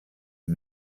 sie